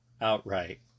outright